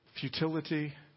Futility